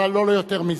אבל לא יותר מזה.